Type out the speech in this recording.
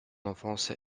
enfance